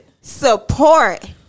support